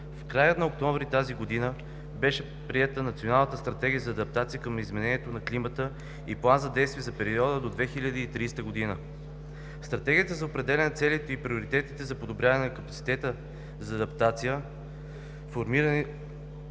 В края на месец октомври тази година беше приета Националната стратегия за адаптация към изменението на климата и План за действие за периода до 2030 г. В Стратегията за определяне на целите и приоритетите за подобряване на капацитета за адаптация са формирани